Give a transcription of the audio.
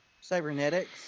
cybernetics